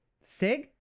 Sig